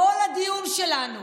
כל הדיון שלנו